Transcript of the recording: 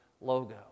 logo